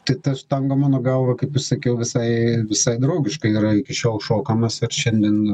tai tas tango mano galva kaip i sakiau visai visai draugiškai yra iki šiol šokamas ir šiandien